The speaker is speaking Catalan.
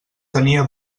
tenia